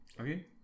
Okay